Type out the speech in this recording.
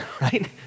right